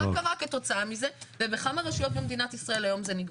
מה קרה כתוצאה מזה ובכמה רשויות במדינת ישראל היום זה נגבה?